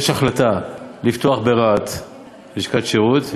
יש החלטה לפתוח ברהט לשכת שירות,